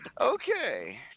Okay